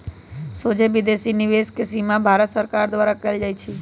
सोझे विदेशी निवेश के सीमा भारत सरकार द्वारा कएल जाइ छइ